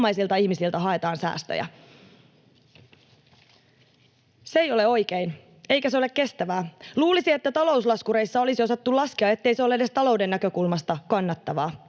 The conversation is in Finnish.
vammaisilta ihmisiltä, haetaan säästöjä. Se ei ole oikein, eikä se ole kestävää. Luulisi, että talouslaskureissa olisi osattu laskea, ettei se ole edes talouden näkökulmasta kannattavaa.